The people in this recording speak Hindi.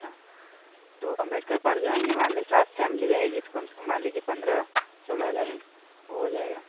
अच्छा तो अंबेडकर पार्क जाएंगे मान लिए साथ फैमली रहेगी तो कम से कम मान लीजिए पंद्रह सोलह हजार में हो जाएगा